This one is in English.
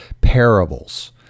parables